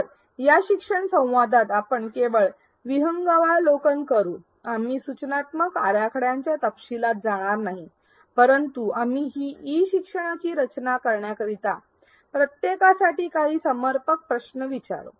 तर या शिक्षण संवादात आपण केवळ विहंगावलोकन करू आम्ही सूचनात्मक आराखड्याच्या तपशीलात जाणार नाही परंतु आम्ही ई शिक्षणाची रचना करण्याकरिता प्रत्येकासाठी काही समर्पक प्रश्न विचारू